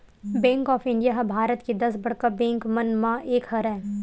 bank of India ह भारत के दस बड़का बेंक मन म एक हरय